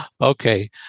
Okay